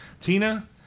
Tina